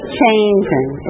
changing